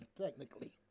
technically